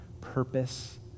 purpose